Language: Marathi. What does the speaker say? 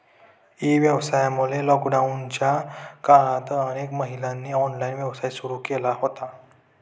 ई व्यवसायामुळे लॉकडाऊनच्या काळात अनेक महिलांनी ऑनलाइन व्यवसाय सुरू केला होता